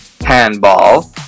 handball